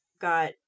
got